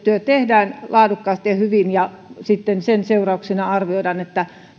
tehdään laadukkaasti ja hyvin ja sitten sen seurauksena arvioidaan